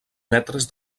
metres